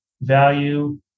value